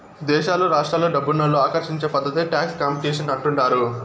దేశాలు రాష్ట్రాలు డబ్బునోళ్ళు ఆకర్షించే పద్ధతే టాక్స్ కాంపిటీషన్ అంటుండారు